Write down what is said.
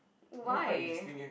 why